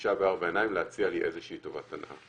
בפגישה בארבע עיניים להציע לי איזה שהיא טובת הנאה,